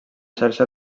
xarxa